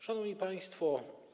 Szanowni Państwo!